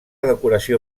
decoració